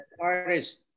artist